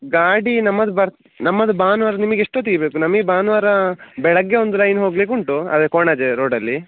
ಗಾಡಿ ನಮ್ಮದು ಬರ್ ನಮ್ಮದು ಭಾನುವಾರ ನಿಮಗೆ ಎಷ್ಟೊತ್ತಿಗೆ ಬೇಕು ನಮಗೆ ಭಾನುವಾರ ಬೆಳಗ್ಗೆ ಒಂದು ಲೈನ್ ಹೋಗ್ಲಿಕ್ಕೆ ಉಂಟು ಅದು ಕೊಣಾಜೆ ರೋಡಲ್ಲಿ